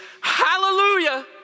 hallelujah